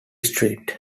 street